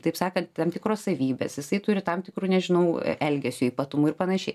taip sakant tam tikros savybės jisai turi tam tikrų nežinau elgesio ypatumų ir panašiai